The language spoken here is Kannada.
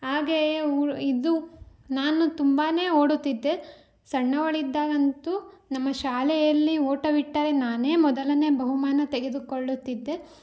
ಹಾಗೆಯೇ ಇದು ನಾನು ತುಂಬಾ ಓಡುತ್ತಿದ್ದೆ ಸಣ್ಣವಳಿದ್ದಾಗ ಅಂತೂ ನಮ್ಮ ಶಾಲೆಯಲ್ಲಿ ಓಟ ಬಿಟ್ಟರೆ ನಾನೇ ಮೊದಲನೇ ಬಹುಮಾನ ತೆಗೆದುಕೊಳ್ಳುತ್ತಿದ್ದೆ